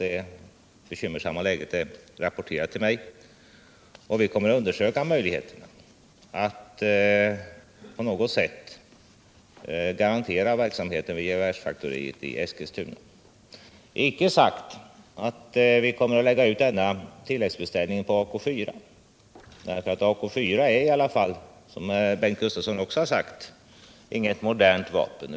Man har ripporterat det bekymmersamma läget vill mig, och vi kommer att undersöka möjligheterna att på något sätt garantera verksamheten vid gevärsfaktoriet i Eskilstuna. Därmed icke sagt att vi kommer att lägga ut denna tilläggsbeställning på Ak 4. Som Bengt Gustavsson också sagt är Ak 4 inget modernt vapen.